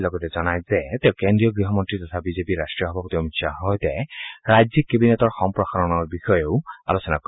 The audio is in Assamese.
তেওঁ লগতে জনায় যে কেন্দ্ৰীয় গৃহমন্ত্ৰী তথা বিজেপিৰ ৰাট্টীয় সভাপতি অমিত শ্বাহৰ সৈতে ৰাজ্যিক কেবিনেটৰ সম্প্ৰসাৰণৰ বিষয়ে আলোচনা কৰিব